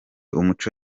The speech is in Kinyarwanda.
umuco